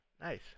Nice